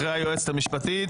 אחריה היועצת המשפטית,